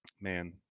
Man